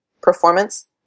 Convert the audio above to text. performance